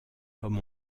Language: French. comme